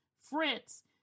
Fritz